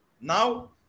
now